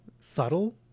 subtle